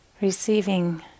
receiving